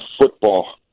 football